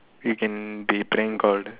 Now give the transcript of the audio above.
you can be prank called